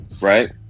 right